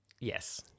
Yes